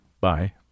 bye